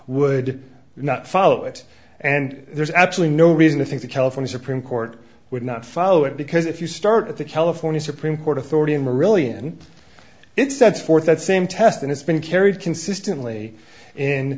would not follow it and there's actually no reason to think the california supreme court would not follow it because if you start at the california supreme court authority in really and it sets forth that same test and it's been carried consistently